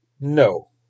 No